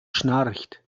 schnarcht